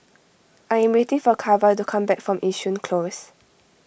I am waiting for Cara to come back from Yishun Close